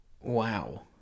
Wow